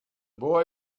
boy